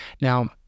Now